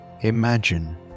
Imagine